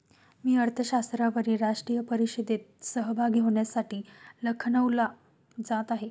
मी अर्थशास्त्रावरील राष्ट्रीय परिषदेत सहभागी होण्यासाठी लखनौला जात आहे